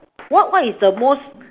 what what is the most